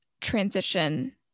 transition